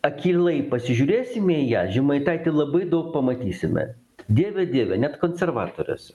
akylai pasižiūrėsime į ją žemaitaitį labai daug pamatysime dieve dieve net konservatoriuose